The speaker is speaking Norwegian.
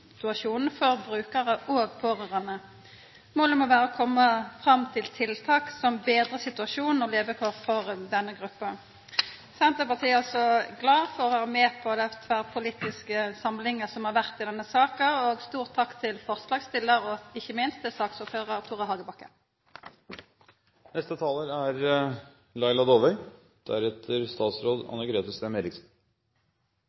Målet må vera å komma fram til tiltak som betrar situasjonen og levekåra for denne gruppa. Senterpartiet er altså glad for å vera med på den tverrpolitiske samlinga som har vore i denne saka. Stor takk til forslagsstillarane og, ikkje minst, til saksordførar Tore Hagebakken. Jeg er